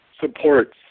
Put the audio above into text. supports